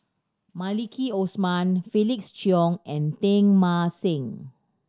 Maliki Osman Felix Cheong and Teng Mah Seng